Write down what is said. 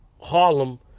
Harlem